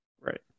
right